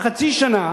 חצי שנה,